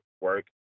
work